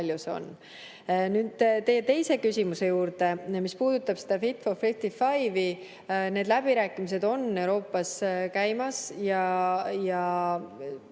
on. Nüüd teie teise küsimuse juurde, mis puudutab seda "Fit for 55". Need läbirääkimised on Euroopas käimas ja